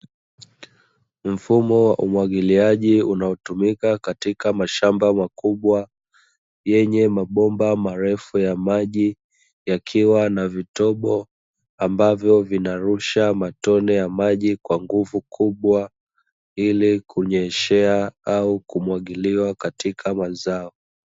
Mfumo wa umwagiliaji unaotumika katika mashamba makubwa yenye mabomba marefu ya maji, yakiwa na vitobo ambavyo vinavyorusha matone ya maji kwa nguvu kubwa ili kunyeshea au kumwagilia katika mazao.